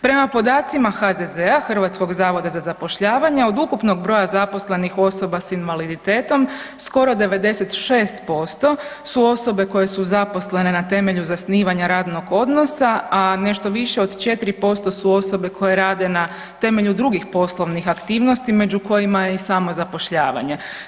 Prema podacima HZZ-a Hrvatskog zavoda za zapošljavanje od ukupnog broja zaposlenih osoba sa invaliditetom skoro 96% su osobe koje su zaposlene na temelju zasnivanja radnog odnosa a nešto više od 4% su osobe koje rade na temelju drugih poslovnih aktivnosti među kojima je i samozapošljavanje.